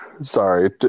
Sorry